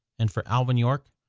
and for alvin york,